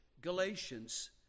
Galatians